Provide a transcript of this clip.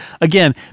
Again